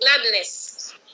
gladness